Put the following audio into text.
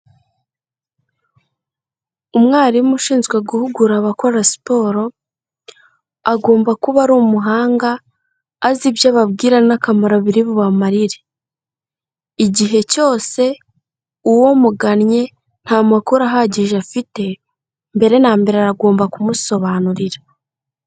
Umwarimu ushinzwe guhugura abakora siporo, agomba kuba ari umuhanga azi ibyo ababwira n'akamaro biri bubamarire. Igihe cyose umugannye nta makuru ahagije afite, mbere na mbere aragomba kumusobanurira.